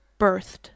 birthed